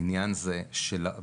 העניין זה שהמטפלים,